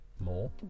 More